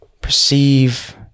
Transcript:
Perceive